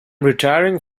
retiring